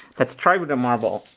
let's try with the marble,